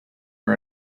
are